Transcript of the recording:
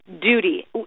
duty